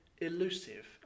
elusive